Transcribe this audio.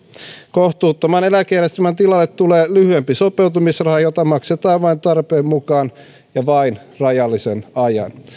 kohtuuttoman eläkejärjestelmän tilalle tulee lyhyempi sopeutumisraha jota maksetaan vain tarpeen mukaan ja vain rajallisen ajan